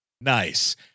Nice